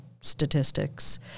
statistics